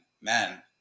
man